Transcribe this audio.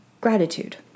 gratitude